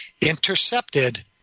intercepted